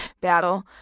battle